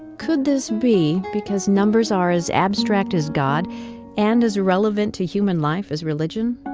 could this be because numbers are as abstract as god and as irrelevant to human life as religion?